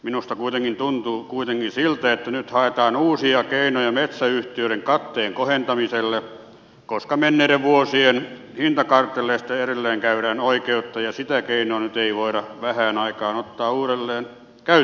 minusta kuitenkin tuntuu siltä että nyt haetaan uusia keinoja metsäyhtiöiden katteen kohentamiselle koska menneiden vuosien hintakartelleista edelleen käydään oikeutta ja sitä keinoa nyt ei voida vähään aikaan ottaa uudelleen käyttöön